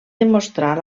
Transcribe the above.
demostrar